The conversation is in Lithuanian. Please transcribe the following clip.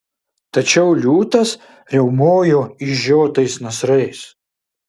tačiau liūtas riaumojo išžiotais nasrais